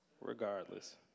regardless